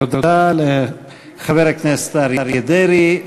תודה לחבר הכנסת אריה דרעי.